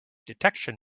detection